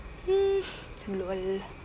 hmm LOL